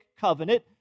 covenant